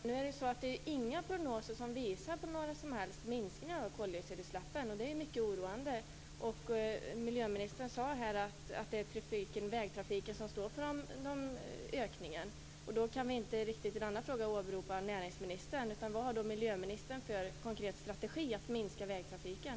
Fru talman! Nu är det ju så att inga prognoser visar på några som helst minskningar av koldioxidutsläppen, och det är mycket oroande. Miljöministern sade här att det är vägtrafiken som står för ökningen. Då kan vi inte i denna fråga åberopa näringsministern.